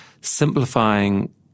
simplifying